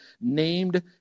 named